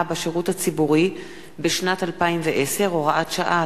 בשירות הציבורי בשנת 2010 (הוראת שעה),